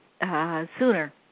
sooner